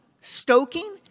stoking